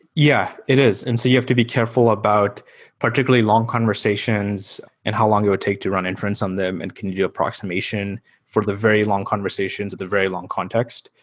yeah, it is. and so you have to be careful about particularly long conversations and how long it would take to run inference on them and can you do approximation for the very long conversations, at the very long context?